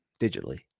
digitally